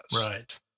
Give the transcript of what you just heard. right